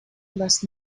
los